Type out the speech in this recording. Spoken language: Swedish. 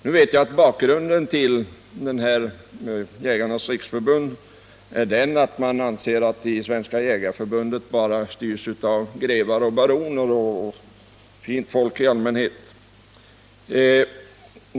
Nu vet jag att bakgrunden till att man vill behålla Jägarnas riksförbund är att man anser att Svenska jägareförbundet styrs av bara grevar och baroner och fint folk i allmänhet.